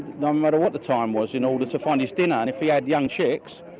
no matter what the time was, in order to find his dinner. and if he had young chicks,